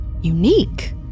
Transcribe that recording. Unique